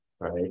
Right